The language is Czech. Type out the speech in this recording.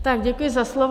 Tak děkuji za slovo.